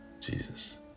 Jesus